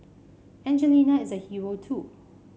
Angelina is a hero too